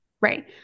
Right